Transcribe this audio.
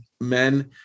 men